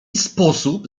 sposób